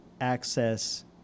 access